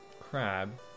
Crab